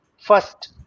First